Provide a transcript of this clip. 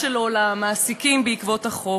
חברותי וחברי חברי הכנסת,